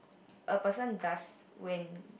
a person does when